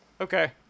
Okay